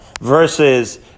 versus